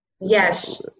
Yes